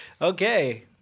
Okay